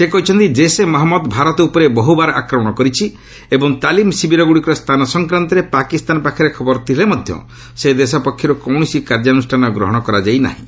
ସେ କହିଛନ୍ତି ଜୈସେ ମହମ୍ମଦ ଭାରତ ଉପରେ ବହୁବାର ଆକ୍ରମଣ କରିଛି ଏବଂ ତାଲିମ୍ ଶିବିରଗୁଡ଼ିକର ସ୍ଥାନ ସଂକ୍ରାନ୍ତରେ ପାକିସ୍ତାନ ପାଖରେ ଖବର ଥିଲେ ମଧ୍ୟ ସେଦେଶ ପକ୍ଷର୍ କୌଣସି କାର୍ଯ୍ୟାନ୍ରଷାନ ଗ୍ରହଣ କରାଯାଇ ନାହିଁ